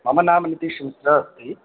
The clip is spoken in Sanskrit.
मम नाम नितीश् मिश्रा अस्ति